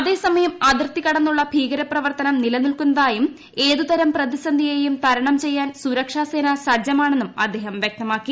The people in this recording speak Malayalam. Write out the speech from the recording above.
അതേസമയം അതിർത്തി കടന്നുള്ള ഭീകരപ്രവർത്തനം നിലനിൽക്കുന്നതായും ഏത് തരം പ്രതിസന്ധിയെയും തരണം ചെയ്യാൻ സുരക്ഷാസേന സജ്ജമാണെന്നും അദ്ദേഹം വ്യക്തമാക്കി